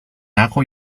ajo